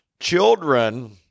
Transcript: Children